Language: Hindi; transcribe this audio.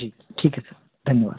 जी ठीक है सर धन्यवाद